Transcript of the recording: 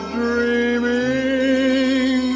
dreaming